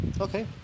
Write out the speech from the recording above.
okay